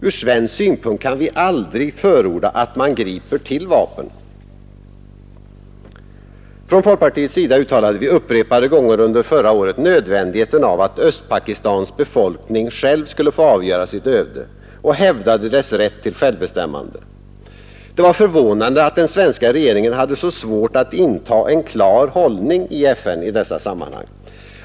Ur svensk synpunkt kan vi aldrig förorda att man griper till vapen. Från folkpartiets sida uttalade vi upprepade gånger under förra året nödvändigheten av att Östpakistans befolkning själv skulle få avgöra sitt öde, och vi hävdade dess rätt till självbestämmande. Det var förvånande att den svenska regeringen hade så svårt att inta en klar hållning i FN i dessa sammanhang.